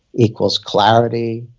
equals clarity,